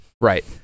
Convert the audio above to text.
Right